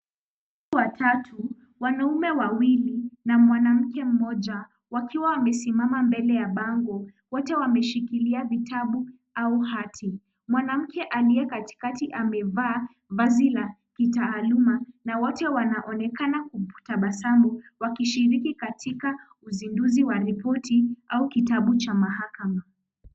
Watu watatu, wanaume wawili na mwanamke mmoja wakiwa wamesimama mbele ya bango. Wote wameshikilia vitabu au hati. Mwanamke aliye katikati amevaa vazi la kitaaluma na wote wanaonekana kutabasamu wakishiriki katika uzinduzi wa ripoti au kitabu cha mahakama.